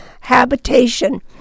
habitation